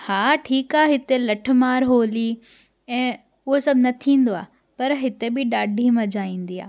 हा ठीकु आहे हिते लठ मार होली ऐं उहे सभु न थींदो आहे पर हिते बि ॾाढी मज़ा ईंदी आहे